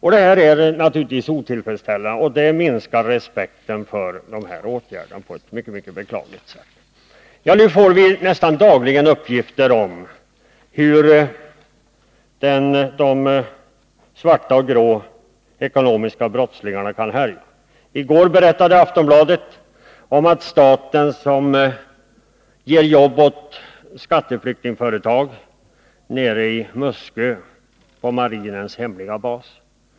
Det här är naturligtvis otillfredsställande, och det minskar på ett mycket beklagligt sätt respekten för åtgärder av det här slaget. Nästan dagligen kommer uppgifter om hur brottslingar på den grå och svarta ekonomiska marknaden kan härja. I går berättade man i Aftonbladet att staten på Muskö vid marinens hemliga bas ger jobb åt skatteflyktingar.